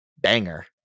banger